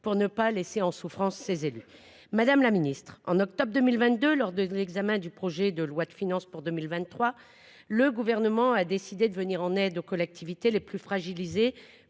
pour ne pas laisser en souffrance, ses élus, madame la Ministre, en octobre 2022 lors de l'examen du projet de loi de finances pour 2023, le gouvernement a décidé de venir en aide aux collectivités les plus fragilisées